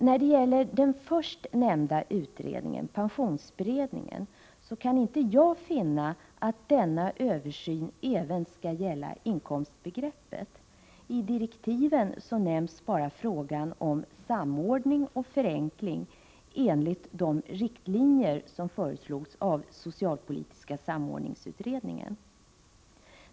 När det gäller den först nämnda utredningen, pensionsberedningen, kan jaginte finna att dess översyn även skall gälla inkomstbegreppet. I direktiven nämns bara frågan om samordning och förenkling enligt de riktlinjer som föreslogs av socialpolitiska samordningsutredningen.